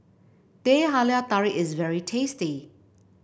Teh Halia Tarik is very tasty